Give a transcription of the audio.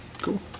Cool